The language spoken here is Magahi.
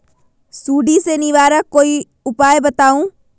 सुडी से निवारक कोई उपाय बताऊँ?